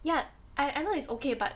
ya I I know it's okay but